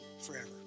forever